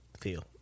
feel